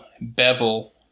bevel